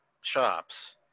shops